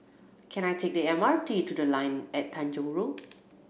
can I take the M R T to The Line at Tanjong Rhu